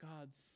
God's